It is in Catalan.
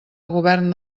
govern